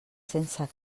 sense